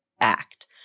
act